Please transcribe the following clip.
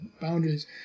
boundaries